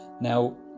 Now